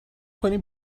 کنی